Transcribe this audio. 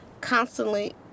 constantly